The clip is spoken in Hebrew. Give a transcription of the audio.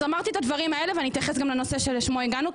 אמרתי את הדברים האלה ואני אתייחס גם לנושא לשמו הגענו לכאן.